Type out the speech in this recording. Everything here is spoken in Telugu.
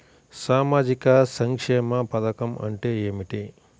సామాజిక సంక్షేమ పథకం అంటే ఏమిటి?